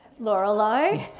lorelai?